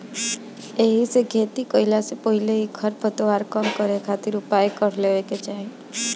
एहिसे खेती कईला से पहिले ही खरपतवार कम करे खातिर उपाय कर लेवे के चाही